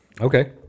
okay